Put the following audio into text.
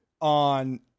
on